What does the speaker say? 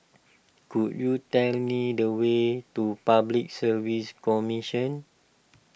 could you tell me the way to Public Service Commission